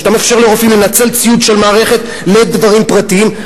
כשאתה מאפשר לרופאים לנצל ציוד של מערכת לדברים פרטיים,